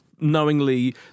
knowingly